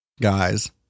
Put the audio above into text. guys